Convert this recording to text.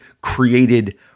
created